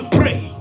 pray